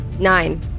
nine